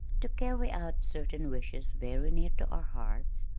to carry out certain wishes very near to our hearts,